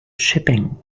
shipping